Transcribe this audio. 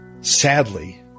sadly